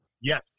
Yes